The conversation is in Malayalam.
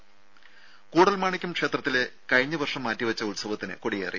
രുദ കൂടൽമാണിക്യം ക്ഷേത്രത്തിലെ കഴിഞ്ഞവർഷം മാറ്റിവെച്ച ഉത്സവത്തിന് കൊടിയേറി